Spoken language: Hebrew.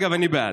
אגב, אני בעד.